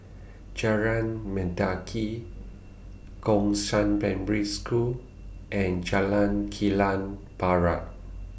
Jalan Mendaki Gongshang Primary School and Jalan Kilang Barat